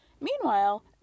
Meanwhile